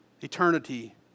eternity